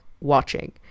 watching